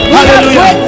Hallelujah